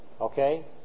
Okay